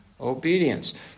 obedience